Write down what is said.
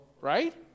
right